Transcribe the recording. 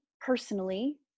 personally